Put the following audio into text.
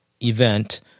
event